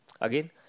Again